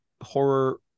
horror